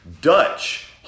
Dutch